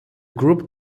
group